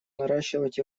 наращивать